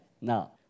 Now